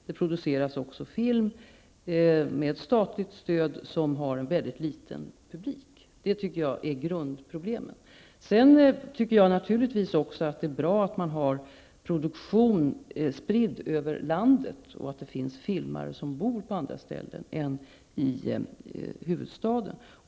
Det produceras också film med statligt stöd som har en liten publik. Det tycker jag är grundproblemen. Sedan tycker jag naturligtvis också att det är bra med en produktion spridd över landet och att det finns filmare som bor på andra ställen än i huvudstaden.